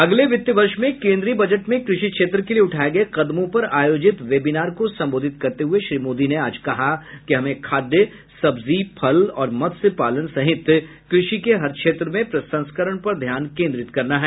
अगले वित्त वर्ष में केंद्रीय बजट में कृषि क्षेत्र के लिए उठाए गए कदमों पर आयोजित वेबिनार को संबोधित करते हुए श्री मोदी ने आज कहा कि हमें खाद्य सब्जी फल और मत्स्यपालन सहित कृषि के हर क्षेत्र में प्रसंस्करण पर ध्यान केंद्रित करना है